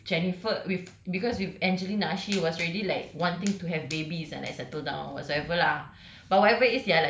and then like with jennifer with because with angelina she was already like wanting to have babies and like settle down whatsoever lah